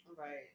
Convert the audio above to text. Right